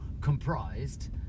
comprised